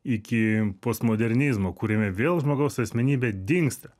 iki postmodernizmo kuriame vėl žmogaus asmenybė dingsta